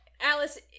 Alice